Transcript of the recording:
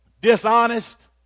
dishonest